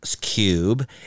cube